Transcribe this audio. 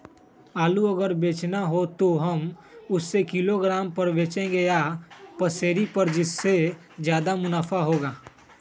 आलू अगर बेचना हो तो हम उससे किलोग्राम पर बचेंगे या पसेरी पर जिससे ज्यादा मुनाफा होगा?